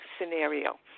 scenario